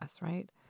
right